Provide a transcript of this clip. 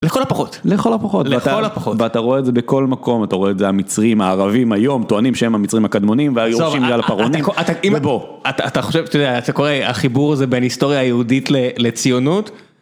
לכל הפחות, לכל הפחות, ואתה רואה את זה בכל מקום. אתה רואה את זה המצרים הערבים היום טוענים שהם המצרים הקדמונים והיורשים בגלל הפרעונים, ובוא, אתה חושב שזה קורה החיבור הזה בין היסטוריה היהודית לציונות.